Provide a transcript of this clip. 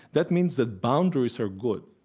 that means that boundaries are good,